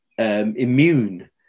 Immune